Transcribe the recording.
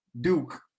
Duke